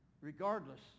regardless